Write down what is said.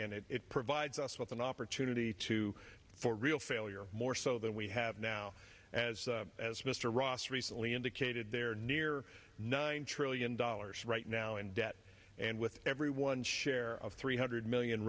that it provides us with an opportunity to for real failure more so than we have now as as mr ross recently indicated they're near nine trillion dollars right now in debt and with every one share of three hundred million